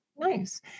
Nice